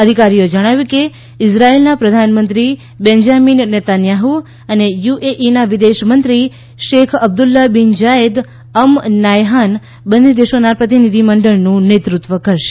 અધિકારીઓએ જણાવ્યું કે ઈઝરાયેલના પ્રધાનમંત્રી બેંજામીન નેતાન્યાહુ અને યુએઇના વિદેશ મંત્રી Sheikh Abdullah bin Zayed Al Nahyan બંને દેશોના પ્રતીનિધિ મંડળનું નેતૃત્વ કરશે